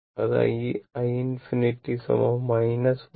അത് i ∞ 1